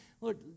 Lord